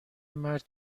مرد